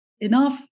enough